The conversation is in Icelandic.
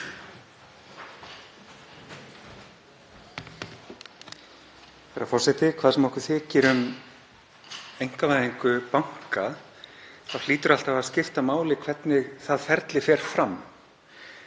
Herra forseti. Hvað sem okkur þykir um einkavæðingu banka þá hlýtur alltaf að skipta máli hvernig það ferli fer fram.